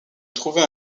trouver